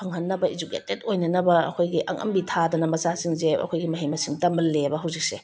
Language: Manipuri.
ꯐꯪꯍꯟꯅꯕ ꯏꯖꯨꯀꯦꯇꯦꯠ ꯑꯣꯏꯅꯅꯕ ꯑꯩꯈꯣꯏꯒꯤ ꯑꯉꯝꯕꯤ ꯊꯥꯗꯅ ꯃꯆꯥꯁꯤꯡꯁꯦ ꯑꯩꯈꯣꯏꯒꯤ ꯃꯍꯩ ꯃꯁꯤꯡ ꯇꯝꯍꯜꯂꯦꯕ ꯍꯧꯖꯤꯛꯁꯦ